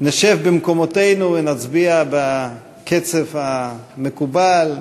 נשב במקומותינו ונצביע בקצב המקובל,